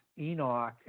Enoch